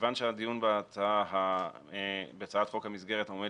כיוון שהדיון בהצעת חוק המסגרת עומד